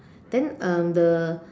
then um the